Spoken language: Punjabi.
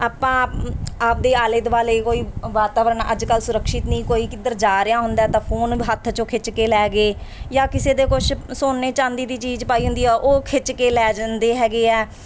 ਆਪਾਂ ਆਪਣੇ ਆਲੇ ਦੁਆਲੇ ਕੋਈ ਵਾਤਾਵਰਨ ਅੱਜ ਕੱਲ੍ਹ ਸੁਰਕਸ਼ਿਤ ਨਹੀਂ ਕੋਈ ਕਿੱਧਰ ਜਾ ਰਿਹਾ ਹੁੰਦਾ ਤਾਂ ਫੋਨ ਹੱਥ 'ਚੋਂ ਖਿੱਚ ਕੇ ਲੈ ਗਏ ਜਾਂ ਕਿਸੇ ਦੇ ਕੁਛ ਸੋਨੇ ਚਾਂਦੀ ਦੀ ਚੀਜ਼ ਪਾਈ ਹੁੰਦੀ ਆ ਉਹ ਖਿੱਚ ਕੇ ਲੈ ਜਾਂਦੇ ਹੈਗੇ ਆ